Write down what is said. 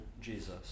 Jesus